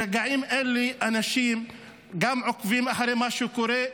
ברגעים אלה אנשים גם עוקבים אחרי מה שקורה,